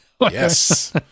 Yes